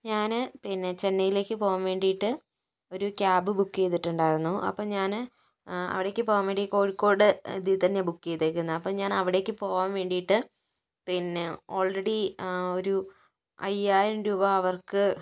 ഞാൻ പിന്നെ ചെന്നൈയിലേക്ക് പോകാൻ വേണ്ടിയിട്ട് ഒരു ക്യാബ് ബുക്ക് ചെയ്തിട്ടുണ്ടായിരുന്നു അപ്പോൾ ഞാൻ ആ അവിടേയ്ക്ക് പോകാൻ വേണ്ടി കോഴിക്കോട് അതിൽത്തന്നെയാണ് ബുക്ക് ചെയ്തിരിക്കുന്നത് അപ്പോൾ ഞാൻ അവിടേയ്ക്ക് പോകാൻ വേണ്ടിയിട്ട് പിന്നെ ഓൾറെഡി ആ ഒരു അയ്യായിരം രൂപ അവർക്ക്